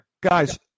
Guys